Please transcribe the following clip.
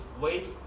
wait